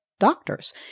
doctors